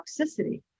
toxicity